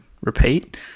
repeat